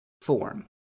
form